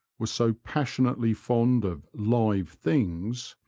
was so passionately fond of live things,